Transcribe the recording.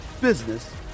business